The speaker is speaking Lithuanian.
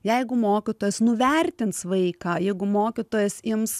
jeigu mokytojas nuvertins vaiką jeigu mokytojas ims